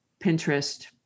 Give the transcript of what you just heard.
Pinterest